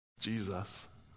Jesus